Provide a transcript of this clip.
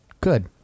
good